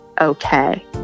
okay